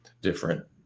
different